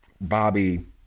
Bobby